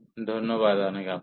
ধন্যবাদ আপনাকে